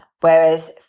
whereas